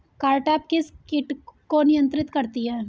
Cartap किस किट को नियंत्रित करती है?